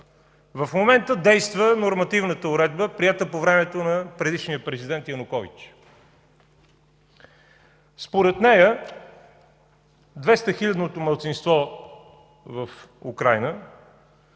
В момента действа нормативна уредба, приета по времето на предишния президент Янукович. Според нея 200-хилядното малцинство в Украйна